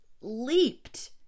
leaped